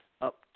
up